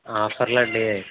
ఆఫర్లా అండి